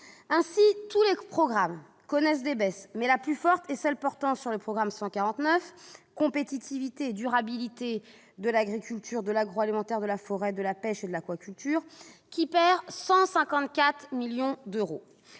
Ainsi, tous les programmes connaissent des baisses, mais la plus forte est celle qui porte sur le programme 149, « Compétitivité et durabilité de l'agriculture, de l'agroalimentaire, de la forêt, de la pêche et de l'aquaculture », qui perd 154 millions d'euros.